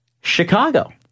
Chicago